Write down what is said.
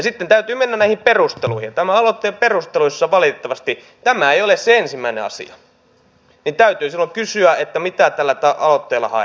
sitten täytyy mennä näihin perusteluihin ja näissä aloitteen perusteluissa tämä ei valitettavasti ole se ensimmäinen asia ja täytyy silloin kysyä mitä tällä aloitteella haetaan